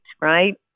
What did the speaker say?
right